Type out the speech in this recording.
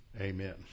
amen